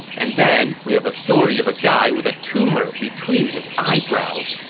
and then, we have a story of a guy with a tumor between his eyebrows.